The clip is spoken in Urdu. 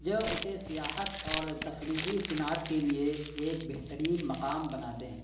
جو اسے سیاحت اور تفریعی صنعت کے لیے ایک بہترین مقام بناتے ہیں